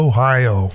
Ohio